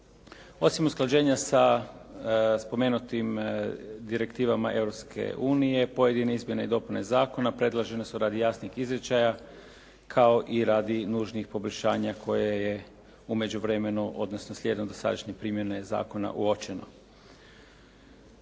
Osim usklađenja sa spomenutim direktivama Europske unije pojedine izmjene i dopune zakona predložene su radi jasnog izričaja kao i radi nužnih poboljšanja koje je u međuvremenu, odnosno slijedom dosadašnje primjene zakona uočeno.